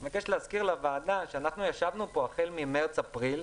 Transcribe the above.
אני מבקש להזכיר לוועדה שאנחנו ישבנו פה החל ממרץ-אפריל,